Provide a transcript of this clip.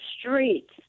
streets